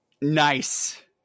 Nice